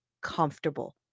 comfortable